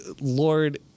Lord